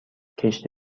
کشت